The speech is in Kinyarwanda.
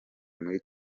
muri